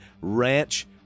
Ranch